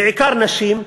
בעיקר נשים,